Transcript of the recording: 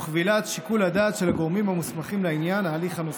וכבילת שיקול הדעת של הגורמים המוסמכים לעניין ההליך הנוסף.